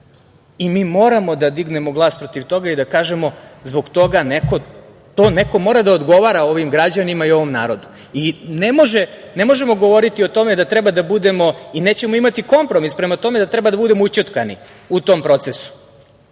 moramo da dignemo glas protiv toga i da kažemo – zbog toga neko mora da odgovara ovim građanima i ovom narodu. Ne možemo govoriti i nećemo imati kompromis prema tome da treba da budemo ućutkani u tom procesu,